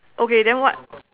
okay then what